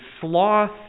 sloth